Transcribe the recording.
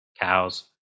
cows